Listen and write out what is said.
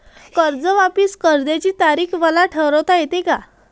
कर्ज वापिस करण्याची तारीख मले ठरवता येते का?